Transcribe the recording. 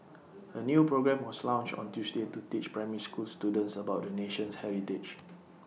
A new programme was launched on Tuesday to teach primary school students about the nation's heritage